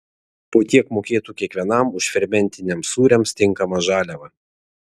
po tiek mokėtų kiekvienam už fermentiniams sūriams tinkamą žaliavą